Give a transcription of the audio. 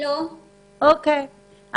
אוקיי.